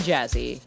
Jazzy